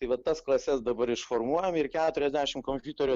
tai vat tas klases dabar išformuojam ir keturiasdešimt kompiuterių